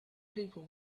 people